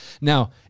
Now